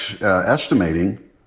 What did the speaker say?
estimating